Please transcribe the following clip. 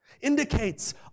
indicates